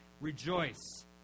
rejoice